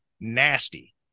nasty